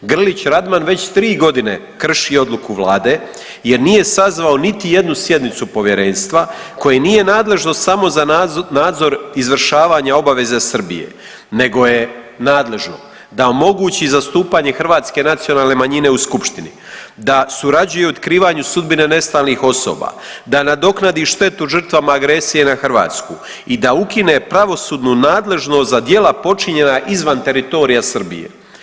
Grlić Radman već tri godine krši odluku Vlade jer nije sazvao niti jednu sjednicu Povjerenstva koje nije nadležno samo za nadzor izvršavanja obaveze Srbije, nego je nadležno da omogućiti zastupanje hrvatske nacionalne manjine u Skupštini, da surađuje u otkrivanju sudbine nestalih osoba, da nadoknadi štetu žrtvama agresije na Hrvatsku i da ukine pravosudnu nadležnost za djela počinjena izvan teritorija Srbije.